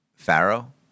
Pharaoh